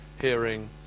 hearing